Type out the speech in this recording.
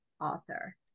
author